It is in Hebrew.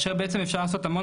כאשר בעצם אפשר לעשות המון,